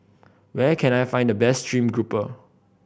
where can I find the best stream grouper